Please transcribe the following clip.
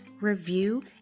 review